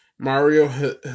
mario